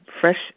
fresh